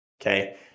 Okay